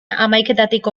hamaiketatik